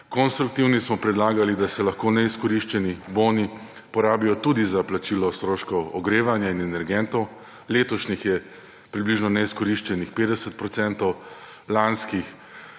konstruktivni, smo predlagali, da se lahko neizkoriščeni boni porabijo tudi za plačilo stroškov ogrevanja in energentov. Letošnjih je približno neizkoriščenih 50 %. Lanskih